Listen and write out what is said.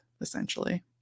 essentially